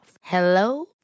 Hello